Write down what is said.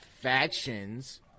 factions